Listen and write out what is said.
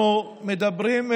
אנחנו מדברים,